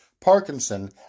Parkinson